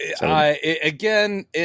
Again